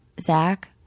Zach